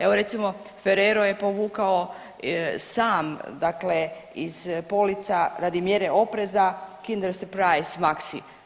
Evo, recimo, Ferrero je povukao sam dakle iz polica radi mjere opreza Kinder Surprise Maxi.